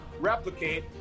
replicate